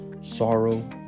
sorrow